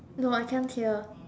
no I can't hear